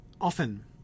often